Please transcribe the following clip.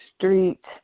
street